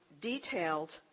detailed